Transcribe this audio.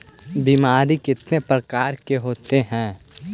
बीमारी कितने प्रकार के होते हैं?